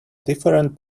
different